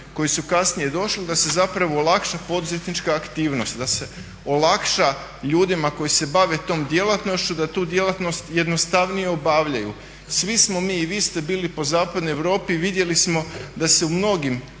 koji su kasnije došli da se olakša poduzetnička aktivnost, da se olakša ljudima koji se bave tom djelatnošću da tu djelatnost jednostavnije obavljaju. Svi smo mi i vi ste bili po zapadnoj Europi i vidjeli smo da se u mnogim